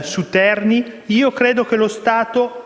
su Terni. Credo che lo Stato